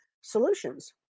solutions